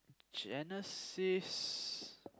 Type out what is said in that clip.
Genesis